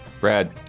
Brad